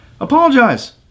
Apologize